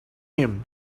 him